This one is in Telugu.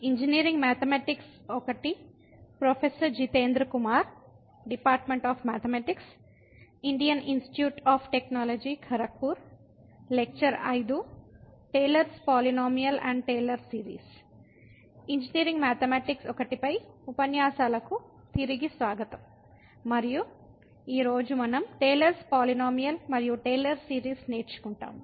ఇంజనీరింగ్ మ్యాథమెటిక్స్ I పై ఉపన్యాసాలకు తిరిగి స్వాగతం మరియు ఈ రోజు మనం టేలర్స్ పాలినోమియల్ Polynomial బహుపది మరియు టేలర్ సిరీస్ నేర్చుకుంటాము